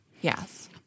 Yes